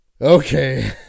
okay